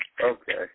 Okay